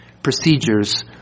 procedures